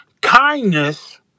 kindness